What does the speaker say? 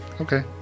Okay